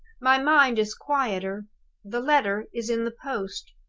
my mind is quieter the letter is in the post.